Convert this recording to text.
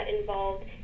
involved